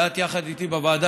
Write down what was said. ואת יחד איתי בוועדה,